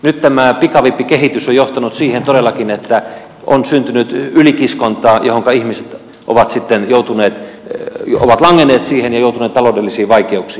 nyt tämä pikavippikehitys on johtanut todellakin siihen että on syntynyt ylikiskontaa johonka ihmiset ovat langenneet ja joutuneet taloudellisiin vaikeuksiin